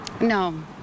No